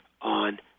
on